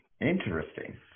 interesting